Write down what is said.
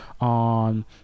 on